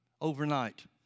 overnight